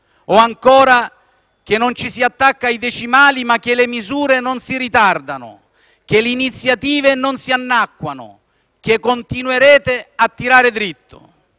o ancora che non ci si attacca ai decimali ma che le misure non si ritardano; che le iniziative non si annacquano, che continuerete a tirare dritto.